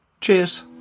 Cheers